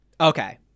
okay